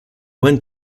went